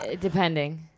Depending